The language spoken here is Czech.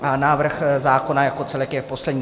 A návrh zákona jako celek je poslední.